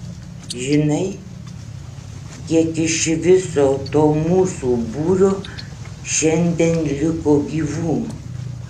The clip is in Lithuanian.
žinai kiek iš viso to mūsų būrio šiandie liko gyvų